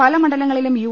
പല മണ്ഡലങ്ങളിലും യു